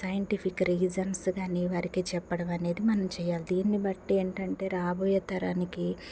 scientific reasons కాని వారికి చెప్పడం అనేది మనం చేయాలి దీన్ని బట్టి ఏమిటంటే రాబోయే తరానికి